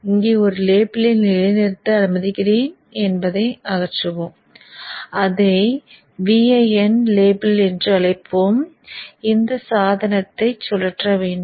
இங்கே ஒரு லேபிளை நிலைநிறுத்த அனுமதிக்கிறேன் என்பதை அகற்றுவோம் அதை Vin லேபிள் என்று அழைப்போம் இந்தச் சாதனத்தைச் சுழற்ற வேண்டும்